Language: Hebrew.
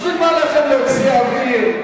בשביל מה לכם להוציא אוויר?